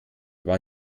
war